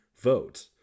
vote